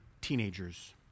teenagers